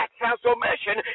transformation